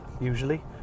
usually